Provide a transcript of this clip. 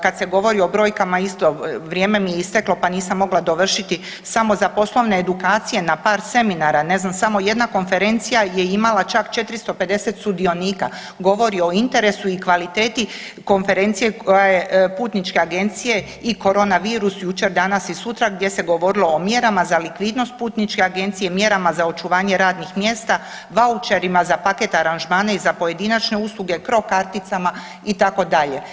Kada se govori o brojkama isto vrijeme mi je isteklo pa nisam mogla dovršiti, samo za poslovne edukacije na par seminara ne znam samo jedna konferencija je imala čak 450 sudionika govori o interesu i kvaliteti konferencije putničke agencije i koronavirus jučer, danas i sutra gdje se govorilo o mjerama za likvidnost putničke agencije, mjerama za očuvanje radnih mjesta, vaučerima za paket aranžmane i za pojedinačne usluge, cro-karticama itd.